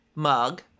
mug